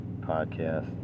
podcast